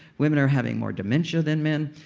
women are having more dementia than men,